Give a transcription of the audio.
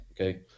okay